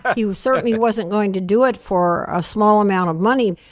he certainly wasn't going to do it for a small amount of money,